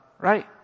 right